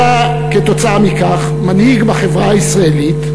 אתה, כתוצאה מכך, מנהיג בחברה הישראלית,